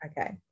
Okay